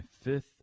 fifth